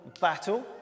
battle